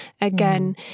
again